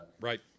right